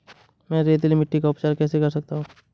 मैं रेतीली मिट्टी का उपचार कैसे कर सकता हूँ?